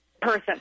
person